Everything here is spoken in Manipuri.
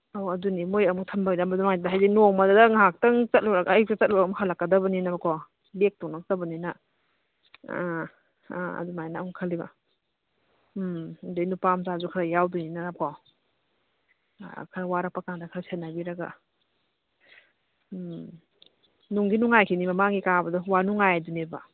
ꯑꯣ ꯑꯗꯨꯅꯤ ꯃꯣꯏ ꯑꯃꯨꯛ ꯊꯝꯕꯤꯔꯝꯕꯗꯣ ꯅꯨꯡꯉꯥꯏꯇꯦ ꯍꯥꯏꯗꯤ ꯅꯣꯡꯃꯗ ꯉꯍꯥꯛꯇꯪ ꯆꯠꯂꯨꯔꯒ ꯑꯌꯨꯛꯇ ꯆꯠꯂꯨꯔꯒ ꯍꯜꯂꯛꯀꯗꯕꯅꯤꯅꯕꯀꯣ ꯂꯦꯛꯇꯧ ꯅꯠꯇꯕꯅꯤꯅ ꯑ ꯑ ꯑꯗꯨꯃꯥꯏꯅ ꯑꯃꯨꯛ ꯈꯜꯂꯤꯕ ꯎꯝ ꯑꯗꯩ ꯅꯨꯄꯥꯃꯆꯥꯁꯨ ꯈꯔ ꯌꯥꯎꯗꯣꯏꯅꯤꯅꯀꯣ ꯑ ꯈꯔ ꯋꯥꯔꯛꯄꯀꯥꯟꯗ ꯈꯔ ꯁꯦꯟꯅꯕꯤꯔꯒ ꯎꯝ ꯅꯨꯡꯗꯤ ꯅꯨꯡꯉꯥꯏꯈꯤꯝꯅꯤ ꯃꯃꯥꯡꯒꯤ ꯀꯥꯕꯗꯣ ꯋꯥꯅꯨꯡꯉꯥꯏꯗꯨꯅꯦꯕ